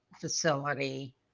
facility